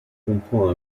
comprend